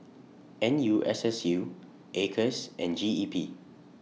N U S S U Acres and G E P